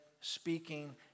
speaking